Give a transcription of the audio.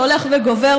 שהולך וגובר,